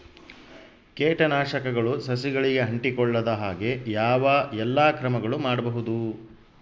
ಕೇಟನಾಶಕಗಳು ಸಸಿಗಳಿಗೆ ಅಂಟಿಕೊಳ್ಳದ ಹಾಗೆ ಯಾವ ಎಲ್ಲಾ ಕ್ರಮಗಳು ಮಾಡಬಹುದು?